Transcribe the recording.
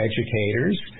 educators